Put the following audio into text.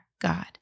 God